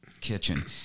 kitchen